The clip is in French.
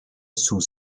sous